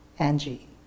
Angie